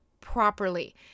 properly